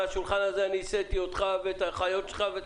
מהשולחן שלך אני חיתנתי אותך ואת האחיות שלך.